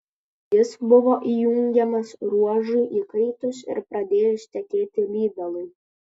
jis buvo įjungiamas ruožui įkaitus ir pradėjus tekėti lydalui